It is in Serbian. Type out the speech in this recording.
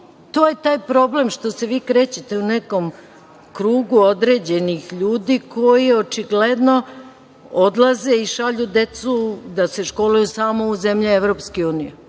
to je taj problem što se vi krećete u nekom krugu određenih ljudi koji očigledno odlaze i šalju decu da se školuju samo u zemlje EU.Ja nemam